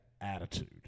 attitude